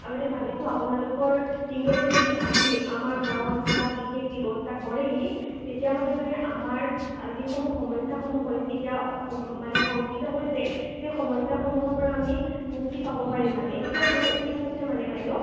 আৰু এনে ভাবিছোঁ আপোনালোকৰ টিমে যদি আহি আমাৰ গাঁওত কিবা বিশেষ ব্যৱস্থা কৰেহি তেতিয়াহ'লে মানে আমাৰ যিসমূহ সমস্যাসমূহ হৈছে এতিয়া মানে সংঘটিত হৈছে সেই সমস্যাসমূহৰ পৰা আমি মুক্তি পাব পাৰিম মানে এতিয়া যি কি হৈছে মানে বাইদেউ